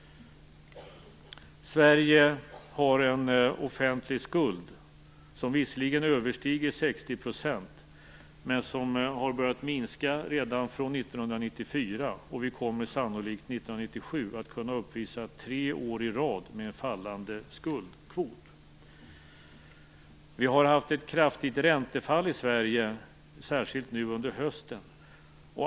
Sverige har en offentlig skuld som visserligen överstiger 60 %, men som började minska redan 1994. År 1997 kommer vi sannolikt att kunna uppvisa att vi haft en fallande skuldkvot tre år i rad. Vi har haft ett kraftigt räntefall i Sverige, särskilt nu under hösten.